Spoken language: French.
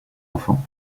enfant